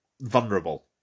vulnerable